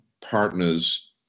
partners